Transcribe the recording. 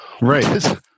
Right